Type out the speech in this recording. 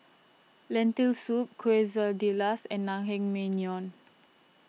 Lentil Soup Quesadillas and Naengmyeon